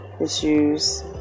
issues